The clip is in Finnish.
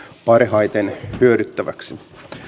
parhaiten hyödyttäväksi